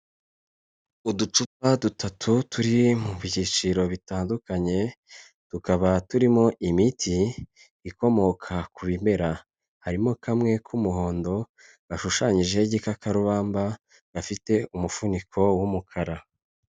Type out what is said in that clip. Uducupa dutatu turi mu byiciro bitandukanye tukaba turimo imiti ikomoka ku bimera, harimo kamwe k'umuhondo gashushanyijeho igikakarubamba gafite umufuniko w'umukara.